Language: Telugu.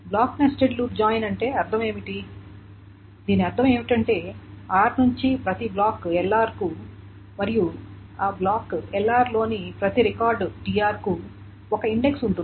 బ్లాక్ నెస్టెడ్ లూప్ జాయిన్ అంటే అర్థం ఏమిటి దీని అర్థం ఏమిటంటే r నుండి ప్రతి బ్లాక్ lr కు మరియు ఆ బ్లాక్ lr లోని ప్రతి రికార్డ్ tr కు ఒక ఇండెక్స్ ఉంటుంది